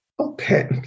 Okay